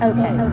Okay